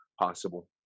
possible